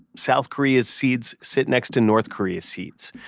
south korea's seeds sit next to north korea's seeds.